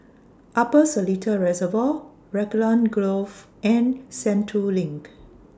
Upper Seletar Reservoir Raglan Grove and Sentul LINK